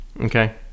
Okay